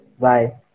Bye